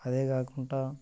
అదే కాకుండా